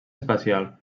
espacial